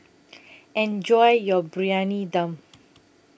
Enjoy your Briyani Dum